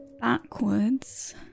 backwards